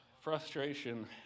Frustration